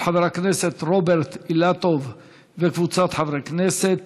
של חבר הכנסת רוברט אילטוב וקבוצת חברי כנסת.